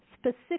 specific